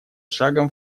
шагом